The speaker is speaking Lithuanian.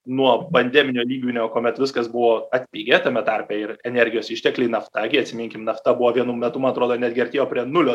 nuo pandeminio lygmenio kuomet viskas buvo atpigę tame tarpe ir energijos ištekliai nafta gi atsiminkim nafta buvo vienu metu man atrodo netgi artėjo prie nulio